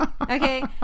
Okay